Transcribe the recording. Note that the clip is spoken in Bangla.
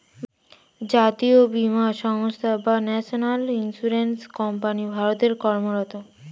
জাতীয় বীমা সংস্থা বা ন্যাশনাল ইন্স্যুরেন্স কোম্পানি ভারতে কর্মরত